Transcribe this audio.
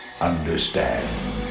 understand